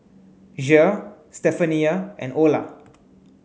Jere Stephania and Ola